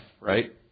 right